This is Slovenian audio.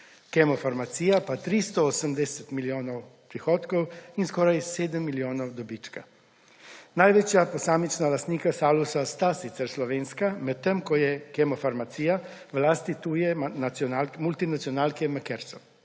Kemofarmacija pa 380 milijonov prihodkov in skoraj 7 milijonov dobička. Največja posamična lastnika Salusa sta sicer slovenska, medtem ko je Kemofarmacija v lasti tuje multinacionalke McKersson.